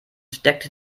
steckte